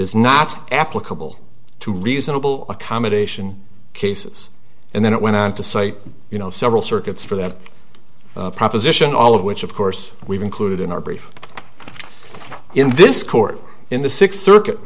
is not applicable to reasonable accommodation cases and then it went on to say you know several circuits for that proposition all of which of course we've included in our brief in this court in the sixth circuit